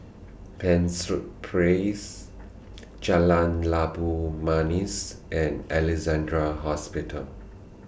Penshurst Prase Jalan Labu Manis and Alexandra Hospital